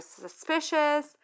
suspicious